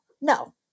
no